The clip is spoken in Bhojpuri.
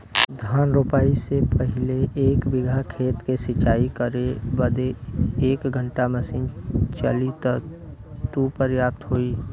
धान रोपाई से पहिले एक बिघा खेत के सिंचाई करे बदे क घंटा मशीन चली तू पर्याप्त होई?